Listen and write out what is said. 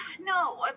No